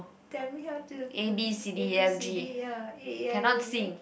tell me how to A B C D ya A E I O U